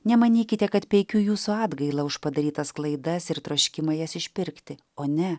nemanykite kad peikiu jūsų atgailą už padarytas klaidas ir troškimą jas išpirkti o ne